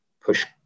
push